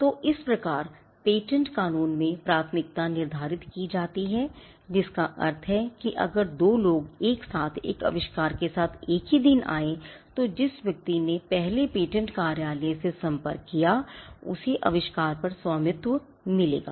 तो इस प्रकार पेटेंट कानून में प्राथमिकता निर्धारित की जाती है जिसका अर्थ है कि अगर दो लोग एक साथ एक आविष्कार के साथ एक ही दिन आए तो जिस व्यक्ति ने पहले पेटेंट कार्यालय से संपर्क किया था उसे आविष्कार पर स्वामित्व मिलेगा